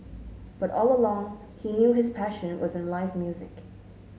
but all along he knew his passion was in live music